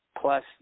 plus